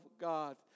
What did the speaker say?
God